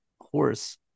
horse